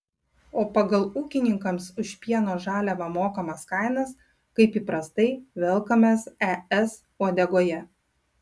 o pagal ūkininkams už pieno žaliavą mokamas kainas kaip įprastai velkamės es uodegoje